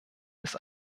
ist